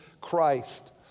Christ